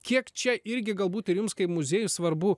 kiek čia irgi galbūt ir jums kaip muziejui svarbu